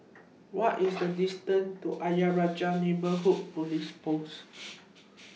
What IS The distance to Ayer Rajah Neighbourhood Police Post